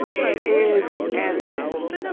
it is as it is.